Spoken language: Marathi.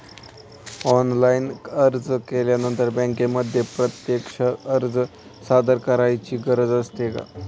ऑनलाइन अर्ज केल्यानंतर बँकेमध्ये प्रत्यक्ष अर्ज सादर करायची गरज असते का?